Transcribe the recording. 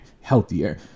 healthier